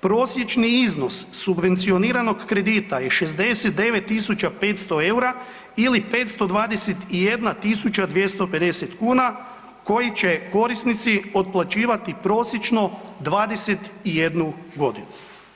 prosječni iznos subvencioniranog kredita je 69 500 eura ili 521 250 kuna, koji će korisnici otplaćivati prosječno 21 godinu.